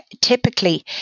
typically